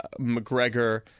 McGregor